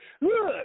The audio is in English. Look